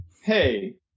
hey